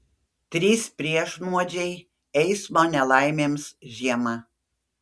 trys priešnuodžiai eismo nelaimėms žiemą